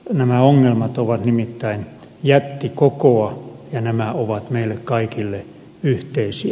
nämä ongelmat ovat nimittäin jättikokoa ja nämä ovat meille kaikille yhteisiä